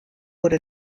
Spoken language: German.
wurde